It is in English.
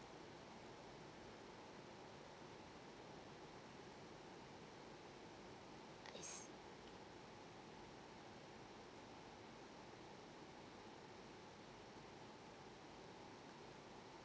yes